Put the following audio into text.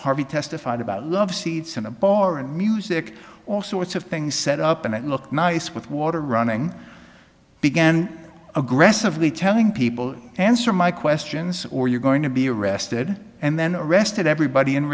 harvey testified about love seats in a bar and music all sorts of things set up and it looked nice with water running began aggressively telling people answer my questions or you're going to be arrested and then arrested everybody in